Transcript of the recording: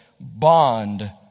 bond